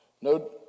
no